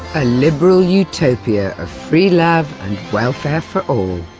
a liberal utopia of free love and welfare for all.